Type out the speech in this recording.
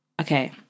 Okay